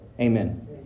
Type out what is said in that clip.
Amen